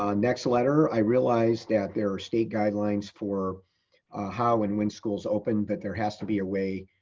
um next letter, i realized that there are state guidelines for how and when schools open, but there has to be a way